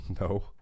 No